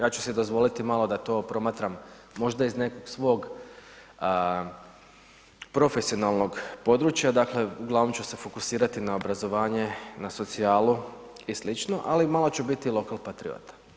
Ja ću si dozvoliti malo da to promatram možda iz nekog svog profesionalnog područja, dakle uglavnom ću se fokusirati na obrazovanje, na socijalu i slično ali i malo ću biti lokal patriota.